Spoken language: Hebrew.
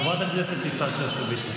חברת הכנסת יפעת שאשא ביטון,